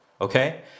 okay